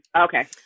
Okay